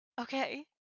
okay